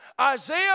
Isaiah